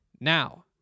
now